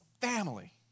family